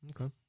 Okay